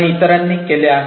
आणि इतरांनी केले आहे